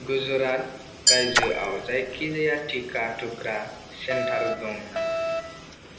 गुजरात रायजोआव जायखिजाया टिका थुग्रा सेन्टार दङ नामा